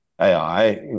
AI